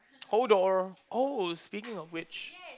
hold door oh speaking of which